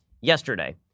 yesterday